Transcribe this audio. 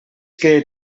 que